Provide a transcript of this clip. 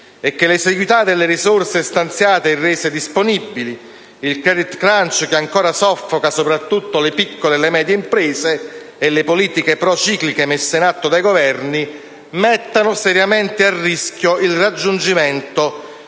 e che l'esiguità delle risorse stanziate e rese disponibili, il *credit crunch* che ancora soffoca soprattutto le piccole e medie imprese e le politiche procicliche messe in atto dai Governi, mettano seriamente a rischio il raggiungimento